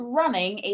running